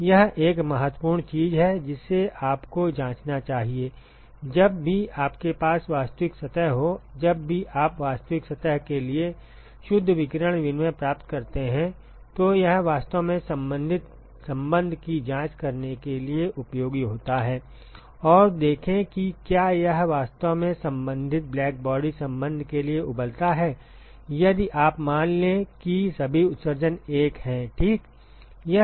यह एक महत्वपूर्ण चीज है जिसे आपको जांचना चाहिए जब भी आपके पास वास्तविक सतह हो जब भी आप वास्तविक सतह के लिए शुद्ध विकिरण विनिमय प्राप्त करते हैं तो यह वास्तव में संबंधित संबंध की जांच करने के लिए उपयोगी होता है और देखें कि क्या यह वास्तव में संबंधित ब्लैकबॉडी संबंध के लिए उबलता है यदि आप मान लें कि सभी उत्सर्जन 1 हैं ठीक